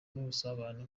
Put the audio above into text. n’ubusabane